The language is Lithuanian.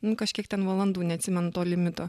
nu kažkiek ten valandų neatsimenu to limito